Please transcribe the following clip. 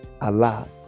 allah